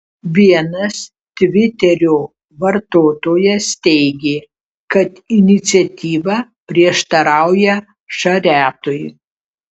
vienas tviterio vartotojas teigė kad iniciatyva prieštarauja šariatui